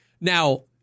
Now